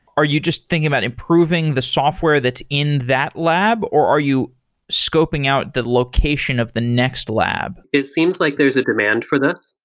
are you just thinking about improving the software that's in that lab, or are you scoping out the location of the next lab? it seems like there's a demand for this.